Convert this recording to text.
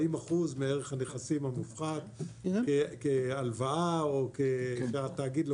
40% מערך הנכסים הנבחר כהלוואה או --- בסדר,